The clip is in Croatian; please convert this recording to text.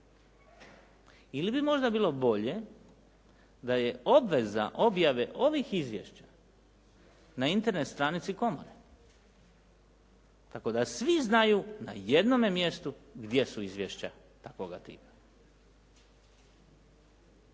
Ili bi možda bilo bolje da je obveza objave ovih izvješća na Internet stranici komore tako da svi znaju na jednome mjestu gdje su izvješća takvoga tipa.